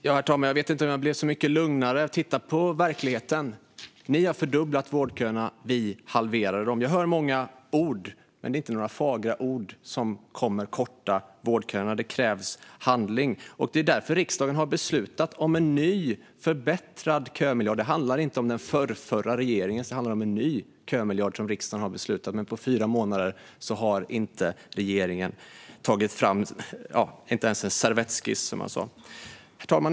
Herr talman! Jag vet inte om jag blev så mycket lugnare. Titta på verkligheten! Ni har fördubblat vårdköerna. Vi halverade dem. Jag hör många ord, men det är inte några fagra ord som kommer att korta vårdköerna. Det krävs handling. Det är därför riksdagen har beslutat om en ny förbättrad kömiljard. Det handlar inte om den förrförra regeringens kömiljard, utan om en ny kömiljard som riksdagen har beslutat om. Men på fyra månader har regeringen inte ens tagit fram en servettskiss, som jag sa. Herr talman!